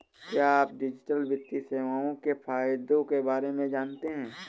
क्या आप डिजिटल वित्तीय सेवाओं के फायदों के बारे में जानते हैं?